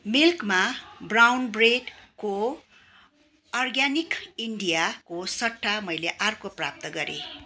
मिल्कमा brown ब्रेडको organic इन्डियाको सट्टा मैले आर्को प्राप्त गरेँ